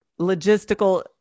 logistical